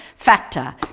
Factor